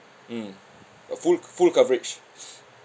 mm a full full coverage